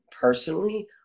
personally